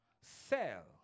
Sell